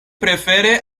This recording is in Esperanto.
prefere